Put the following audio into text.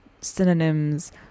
synonyms